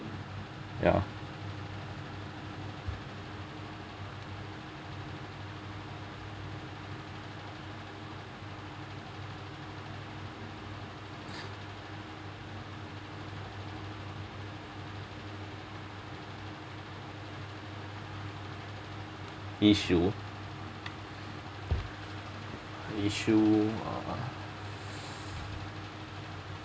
ya issue issue uh